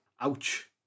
Ouch